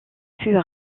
fut